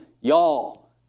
Y'all